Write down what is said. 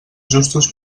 justos